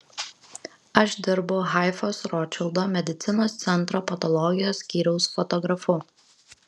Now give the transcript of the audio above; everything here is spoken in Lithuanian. aš dirbu haifos rotšildo medicinos centro patologijos skyriaus fotografu